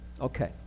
Okay